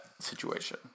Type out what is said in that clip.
situation